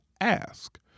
ask